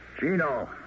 Gino